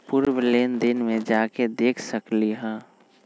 पूर्व लेन देन में जाके देखसकली ह?